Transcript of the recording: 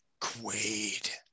Quaid